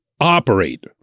operate